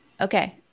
Okay